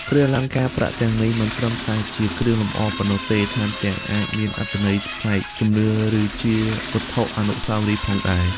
គ្រឿងអលង្ការប្រាក់ទាំងនេះមិនត្រឹមតែជាគ្រឿងលម្អប៉ុណ្ណោះទេ ថែមទាំងអាចមានអត្ថន័យផ្នែកជំនឿ ឬជាវត្ថុអនុស្សាវរីយ៍ផងដែរ។